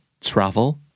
travel